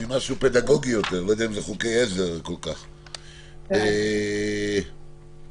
אולי לא דרך חוקי עזר, אלא מכיוון פדגוגי יותר.